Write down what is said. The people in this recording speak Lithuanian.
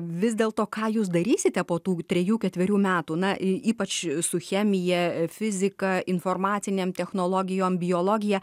vis dėl to ką jūs darysite po tų trejų ketverių metų na ypač su chemija fizika informacinėm technologijom biologija